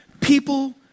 People